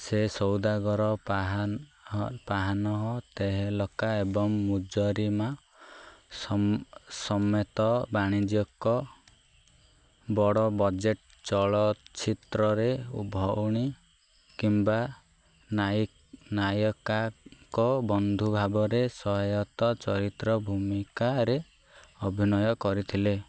ସେ ସୌଦାଗର ପାହାନହ ତେହେଲକା ଏବଂ ମୁଜରିମା ସମେତ ବାଣିଜ୍ୟିକ ବଡ଼ ବଜେଟ୍ ଚଳଚ୍ଚିତ୍ରରେ ଓ ଭଉଣୀ କିମ୍ବା ନାୟିକାଙ୍କ ବନ୍ଧୁ ଭାବରେ ସହାୟକ ଚରିତ୍ର ଭୂମିକାରେ ଅଭିନୟ କରିଥିଲେ